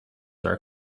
are